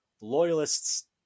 Loyalists